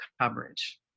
coverage